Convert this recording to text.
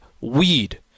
weed